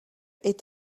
est